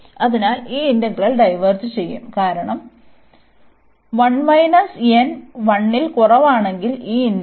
അതിനാൽ ഈ integral diverge കാരണം 1 n 1 ൽ കുറവാണെങ്കിൽ ഈ ഇന്റഗ്രൽ